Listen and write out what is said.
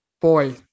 boy